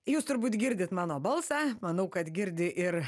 jūs turbūt girdit mano balsą manau kad girdi ir